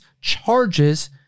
charges